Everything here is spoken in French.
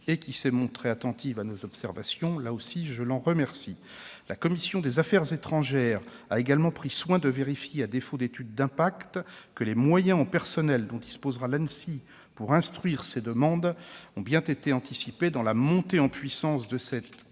et qui s'est montrée attentive à nos observations. Là aussi, je l'en remercie. La commission des affaires étrangères a également pris soin de vérifier, à défaut d'étude d'impact, que les moyens en personnel dont disposera l'Anssi pour instruire ces demandes ont bien été anticipés dans la montée en puissance de cette agence